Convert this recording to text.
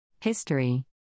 History